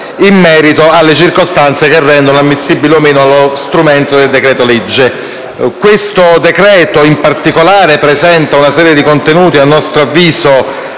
in merito alle circostanze che rendono ammissibile o meno lo strumento del decreto-legge. Questo decreto-legge, in particolare, presenta una serie di contenuti a nostro avviso